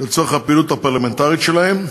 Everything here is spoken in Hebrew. לצורך הפעילות הפרלמנטרית שלהם,